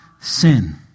sin